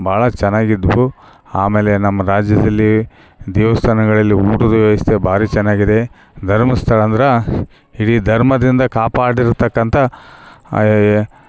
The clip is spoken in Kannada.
ಭಾಳ ಚೆನ್ನಾಗಿದ್ವು ಆಮೇಲೆ ನಮ್ಮ ರಾಜ್ಯದಲ್ಲಿ ದೇವಸ್ಥಾನಗಳಲ್ಲಿ ಊಟದ ವ್ಯವಸ್ಥೆ ಭಾರಿ ಚೆನ್ನಾಗಿದೆ ಧರ್ಮಸ್ಥಳ ಅಂದ್ರೆ ಇಡೀ ಧರ್ಮದಿಂದ ಕಾಪಾಡಿರ್ತಕ್ಕಂಥ